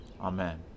Amen